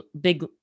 big